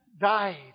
died